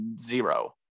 zero